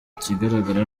ikigaragara